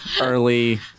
early